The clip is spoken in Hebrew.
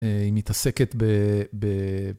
היא מתעסקת ב...